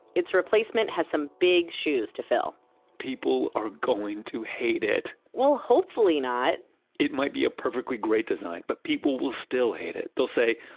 it's replacement has some big shoes to fill people are going to hate it well, hopefully not it might be a perfectly great design but people will still hate it. they'll say,